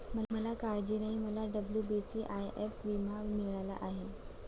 मला काळजी नाही, मला डब्ल्यू.बी.सी.आय.एस विमा मिळाला आहे